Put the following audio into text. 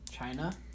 China